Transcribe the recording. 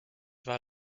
war